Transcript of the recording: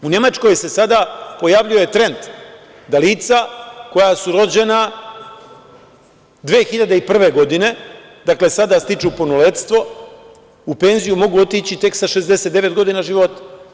U Nemačkoj se sada pojavljuje trend da lica koja su rođena 2001. godine, dakle, sada stiču punoletstvo, u penziju mogu otići tek sa 69 godina života.